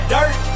Dirt